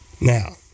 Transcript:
Now